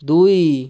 ଦୁଇ